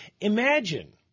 Imagine